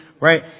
right